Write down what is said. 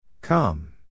come